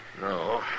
No